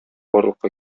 барлыкка